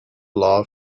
law